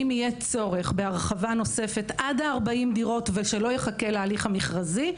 אם יהיה צורך בהרחבה נוספת עד 40 דירות ושלא יחכה להליך המכרזי,